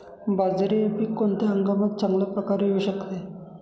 बाजरी हे पीक कोणत्या हंगामात चांगल्या प्रकारे येऊ शकते?